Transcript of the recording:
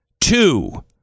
two